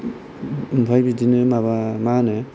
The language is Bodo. ओमफ्राय बिदिनो माबा मा होनो